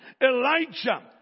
Elijah